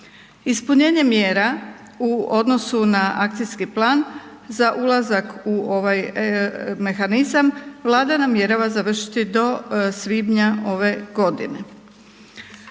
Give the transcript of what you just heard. Ispunjenje mjera u odnosu na akcijski plan za ulazak u ovaj mehanizam, Vlada namjerava završiti do svibnja ove godine.